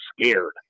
scared